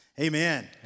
Amen